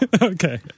Okay